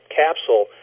capsule